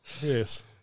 Yes